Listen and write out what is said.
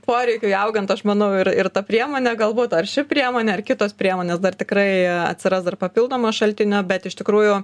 poreikiui augant aš manau ir ir ta priemonė galbūt ar ši priemonė ar kitos priemonės dar tikrai atsiras dar papildomo šaltinio bet iš tikrųjų